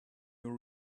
your